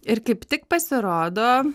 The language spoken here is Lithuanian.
ir kaip tik pasirodo